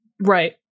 Right